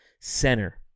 Center